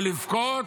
בוכים